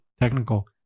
technical